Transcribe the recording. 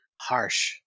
Harsh